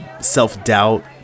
self-doubt